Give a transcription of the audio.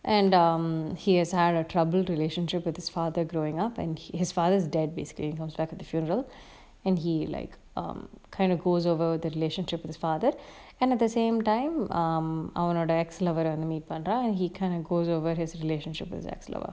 and um he has had a troubled relationship with his father growing up and his father's dead basically comes back at the funeral and he like um kind of goes over the relationship with his father and at the same time um அவனோட:avanoda ex-lover ah வந்து:vanthu meet பண்றான்:panran and he kind of goes over his relationship with his ex-lover